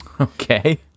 Okay